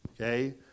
Okay